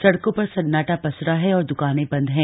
सड़कों पर सन्नाटा पसरा है और द्कानें बंद हैं